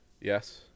yes